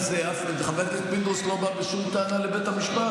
חבר הכנסת פינדרוס לא בא בשום טענה לבית המשפט.